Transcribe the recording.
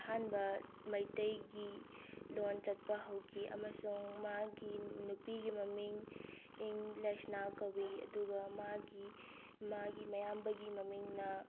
ꯑꯍꯥꯟꯕ ꯃꯩꯇꯩꯒꯤ ꯂꯣꯟ ꯆꯠꯄ ꯍꯧꯈꯤ ꯑꯃꯁꯨꯡ ꯃꯥꯒꯤ ꯅꯨꯄꯤꯒꯤ ꯃꯃꯤꯡ ꯏꯪ ꯂꯩꯁꯅꯥ ꯀꯧꯏ ꯑꯗꯨꯒ ꯃꯥꯒꯤ ꯃꯥꯒꯤ ꯃꯌꯥꯝꯕꯒꯤ ꯃꯃꯤꯡꯅ